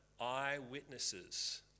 eyewitnesses